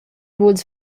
vul